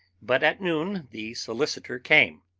but at noon the solicitor came